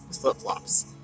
flip-flops